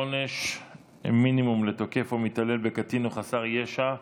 עונש מינימום לתוקף או מתעלל בקטין או חסר ישע),